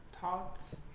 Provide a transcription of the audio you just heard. thoughts